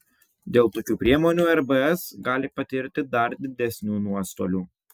dėl tokių priemonių rbs gali patirti dar didesnių nuostolių